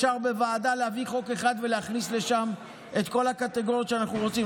בוועדה אפשר להביא חוק אחד ולהכניס לשם את כל הקטגוריות שאנחנו רוצים,